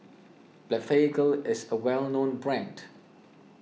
Blephagel is a well known brand